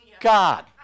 God